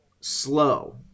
slow